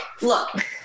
look